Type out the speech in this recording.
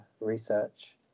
research